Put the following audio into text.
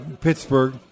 Pittsburgh